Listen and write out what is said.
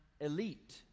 elite